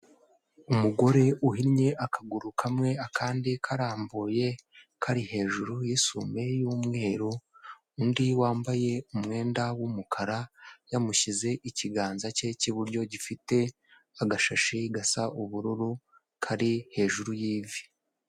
Umugore uhinnye akaguru kamwe akandi karambuye kari hejuru y'isume y'umweru undi wambaye umwenda w'umukara yamushyize ikiganza cye cy'iburyo gifite agashashi gasa ubururu kari hejuru y'ivi.